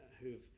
who've